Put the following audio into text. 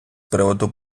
приводу